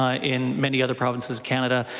ah in many other provinces, canada,